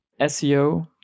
SEO